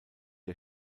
der